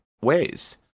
ways